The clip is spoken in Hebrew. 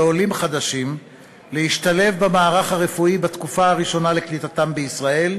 לעולים חדשים להשתלב במערך הרפואי בתקופה הראשונה לקליטתם בישראל,